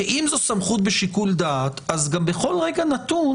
כי אם זו סמכות בשיקול דעת אז גם בכל רגע נתון